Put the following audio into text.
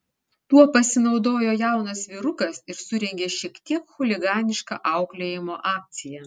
tuo pasinaudojo jaunas vyrukas ir surengė šiek tiek chuliganišką auklėjimo akciją